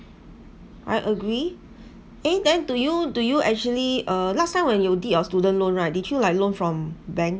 I agree eh then do you do you actually uh last time when you did your student loan right did you like loan from bank